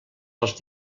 dels